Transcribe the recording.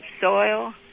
soil